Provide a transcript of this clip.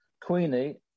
Queenie